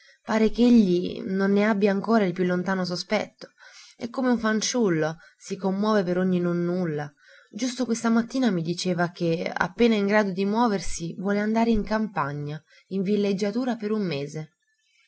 pare che egli non ne abbia ancora il più lontano sospetto è come un fanciullo si commuove per ogni nonnulla giusto questa mattina mi diceva che appena in grado di muoversi vuole andare in campagna in villeggiatura per un mese